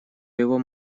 его